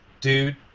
Dude